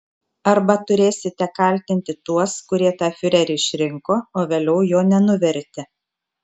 arba turėsite kaltinti tuos kurie tą fiurerį išrinko o vėliau jo nenuvertė